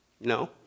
No